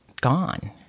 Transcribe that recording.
gone